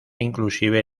inclusive